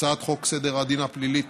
הצעת חוק סדר הדין הפלילי (תיקון,